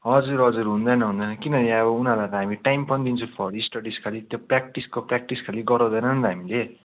हजुर हजुर हुँदैन हुँदैन किनभने अब उनीहरूलाई त हामी टाइम पनि दिन्छु फर स्टडिज खालि त्यो प्रेक्टिसको प्रेक्टिस खालि गराउँदैन नि त हामीले